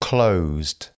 Closed